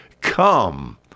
come